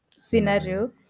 scenario